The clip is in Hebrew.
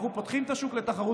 אנחנו פותחים את השוק לתחרות.